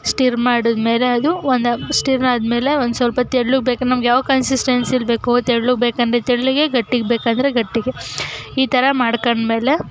stir ಮಾಡಿದ್ಮೇಲೆ ಅದು ಒಂದು ಸ್ಟಿರ್ ಆದಮೇಲೆ ಒಂದು ಸ್ವಲ್ಪ ತೆಳ್ಳಗೆ ಬೇಕೆಂದರೆ ನಮಗೆ ಯಾವ ಕನ್ಸಿಸ್ಟೆನ್ಸಿಲಿ ಬೇಕು ತೆಳ್ಳಗೆ ಬೇಕೆಂದರೆ ತೆಳ್ಳಗೆ ಗಟ್ಟಿಗೆ ಬೇಕೆಂದ್ರೆ ಗಟ್ಟಿಗೆ ಈ ಥರ ಮಾಡ್ಕೊಂಡ್ಮೇಲೆ